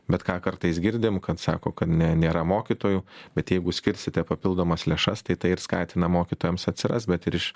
bet ką kartais girdim kad sako kad ne nėra mokytojų bet jeigu skirsite papildomas lėšas tai tai ir skatina mokytojams atsirast bet ir iš